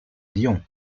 lyon